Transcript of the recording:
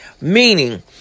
Meaning